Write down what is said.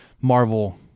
Marvel